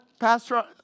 pastor